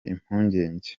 impungenge